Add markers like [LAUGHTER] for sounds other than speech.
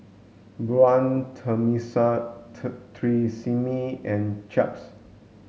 Braun [UNINTELLIGIBLE] Tresemme and Chaps